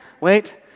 wait